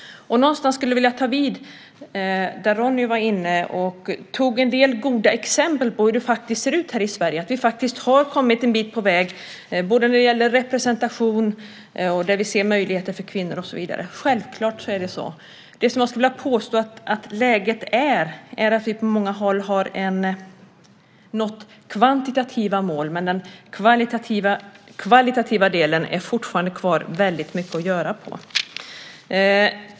Jag skulle vilja ta vid någonstans där Ronny gav en del goda exempel på hur det faktiskt ser ut i Sverige. Vi har kommit en bit på väg till exempel när det gäller representation. Där ser vi möjligheter för kvinnor, självklart. Jag skulle vilja påstå att läget är det att vi på många håll har nått kvantitativa mål, men på den kvalitativa delen är det fortfarande väldigt mycket kvar att göra.